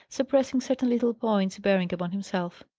suppressing certain little points bearing upon himself.